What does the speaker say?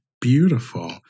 beautiful